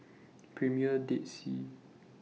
Premier Dead Sea